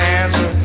answer